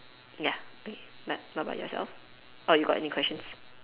ya okay what about yourself or you got any questions